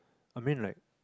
I mean like